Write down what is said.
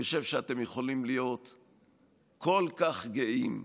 אני חושב שאתם יכולים להיות כל כך גאים,